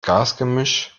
gasgemisch